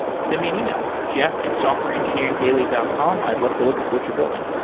send me an email, jeff at softwareengineeringdaily dot com. i'd love to look at what you're building.